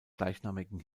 gleichnamigen